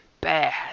Bad